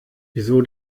wieso